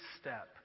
step